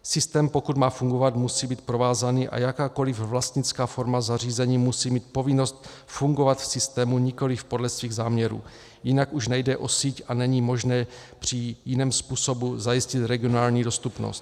Systém, pokud má fungovat, musí být provázaný a jakákoliv vlastnická forma zařízení musí mít povinnost fungovat v systému nikoliv podle svých záměrů, jinak už nejde o síť a není možné při jiném způsobu zajistit regionální dostupnost.